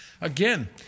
again